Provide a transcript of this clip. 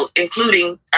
including